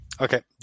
Okay